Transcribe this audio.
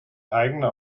eigene